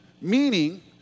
meaning